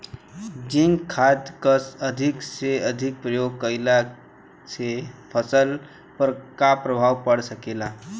Zinc खाद क अधिक से अधिक प्रयोग कइला से फसल पर का प्रभाव पड़ सकेला?